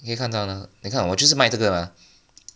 你可以看到吗你看我这是卖这个